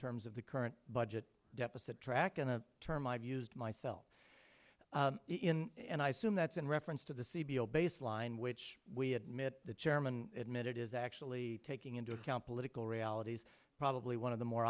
terms of the current budget deficit track and a term i've used myself in and i assume that's in reference to the c b l baseline which we admit the chairman admitted is actually taking into account political realities probably one of the more